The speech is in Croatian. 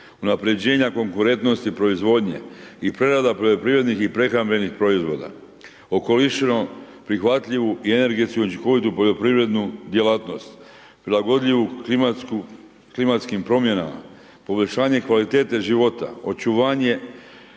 unaprjeđenja konkurentnosti proizvodnje i prerada poljoprivrednih i prehrambenih proizvoda, okolišno prihvatljivu i energetsku učinkovitu poljoprivrednu djelatnost, prilagodljivu klimatskim promjenama, poboljšanje kvalitete života, očuvanje